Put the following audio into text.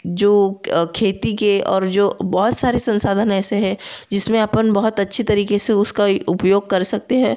जो खेती के और जो बहुत सारे संसाधन ऐसे हैं जिस में अपन बहुत अच्छी तरीक़े से उसका उपयोग कर सकते हैं